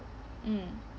mm